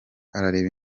areba